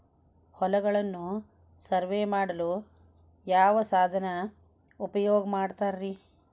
ಹೊಲಗಳನ್ನು ಸರ್ವೇ ಮಾಡಲು ಯಾವ ಸಾಧನ ಉಪಯೋಗ ಮಾಡ್ತಾರ ರಿ?